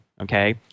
Okay